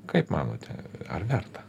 kaip manote ar verta